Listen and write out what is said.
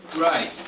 right.